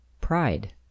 pride